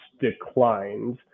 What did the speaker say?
declines